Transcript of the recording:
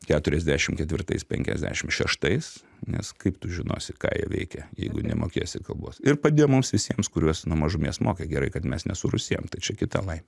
keturiasdešimt ketvirtais penkiasdešimt šeštais nes kaip tu žinosi ką jie veikia jeigu nemokėsi kalbos ir padėjo mums visiems kuriuos nuo mažumės mokė gerai kad mes nesurusėjom tai čia kita laimė